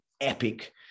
epic